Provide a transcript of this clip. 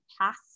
past